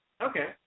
Okay